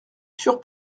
sûre